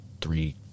three